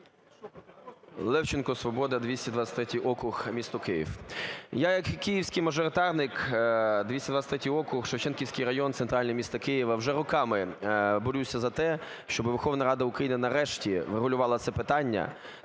Левченко, "Свобода", 223 округ, місто Київ. Я як київський мажоритарник, 223 округ, Шевченківський район, центральний, міста Києва, вже роками борюся за те, щоби Верховна Рада України нарешті врегулювала це питання,